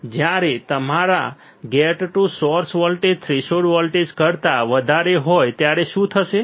જ્યારે તમારા gate to source voltage threshold voltage કરતા વધારે હોય ત્યારે શું થશે